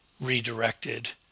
redirected